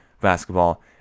basketball